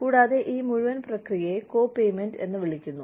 കൂടാതെ ഈ മുഴുവൻ പ്രക്രിയയെ കോപേമെന്റ് എന്ന് വിളിക്കുന്നു